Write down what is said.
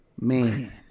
man